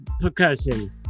percussion